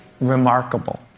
remarkable